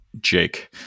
jake